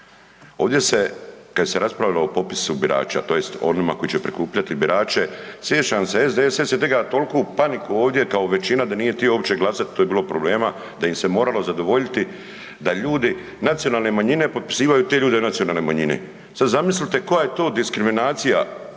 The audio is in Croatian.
Ovdje se kad se je raspravljalo o popisu birača tj. onima koji će prikupljati birače sjećam se SDSS je diga toliku paniku ovdje kao većina da nije htio uopće glasat to je bilo problema da im se moralo zadovoljiti da ljudi nacionalne manjine popisivaju te ljude nacionalne manjine. Sad zamislite koja je to diskriminacija